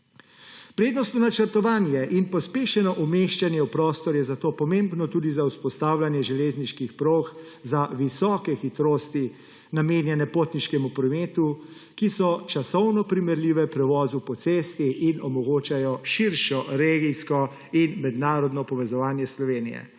Prednostno načrtovanje in pospešeno umeščanje v prostor je zato pomembno tudi za vzpostavljanje železniških prog za visoke hitrosti, namenjene potniškemu prometu, ki so časovno primerljive prevozu po cesti in omogočajo širšo regijsko in mednarodno povezovanje Slovenije.